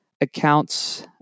accounts